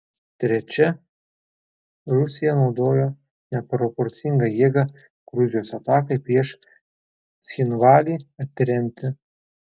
trečia rusija naudojo neproporcingą jėgą gruzijos atakai prieš cchinvalį atremti